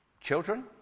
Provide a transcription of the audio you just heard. Children